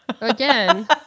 Again